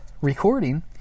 recording